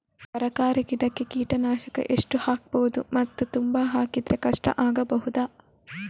ತರಕಾರಿ ಗಿಡಕ್ಕೆ ಕೀಟನಾಶಕ ಎಷ್ಟು ಹಾಕ್ಬೋದು ಮತ್ತು ತುಂಬಾ ಹಾಕಿದ್ರೆ ಕಷ್ಟ ಆಗಬಹುದ?